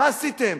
מה עשיתם?